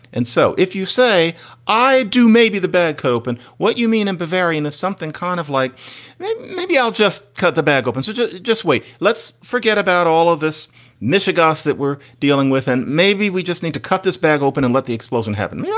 and so if you say i do, maybe the bag copan what you mean and bavarian is something kind of like maybe i'll just cut the bag open. so just just wait. let's forget about all of this michigan state that we're dealing with and maybe we just need to cut this bag open and let the explosion happened. me, i